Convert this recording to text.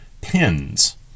pins